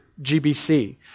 GBC